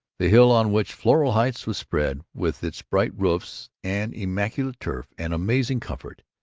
the hill on which floral heights was spread, with its bright roofs and immaculate turf and amazing comfort,